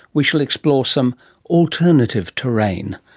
we shall explore some alternative terrain,